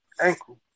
ankle